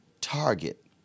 target